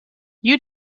you